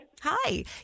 Hi